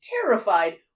terrified